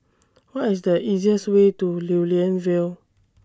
What IS The easiest Way to Lew Lian Vale